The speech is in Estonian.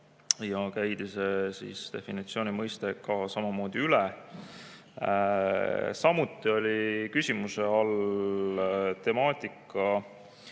ja käidi see definitsiooni mõiste samamoodi üle. Samuti oli küsimuse all temaatika,